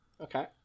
okay